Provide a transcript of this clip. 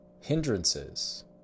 hindrances